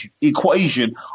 equation